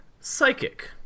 Psychic